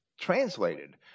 translated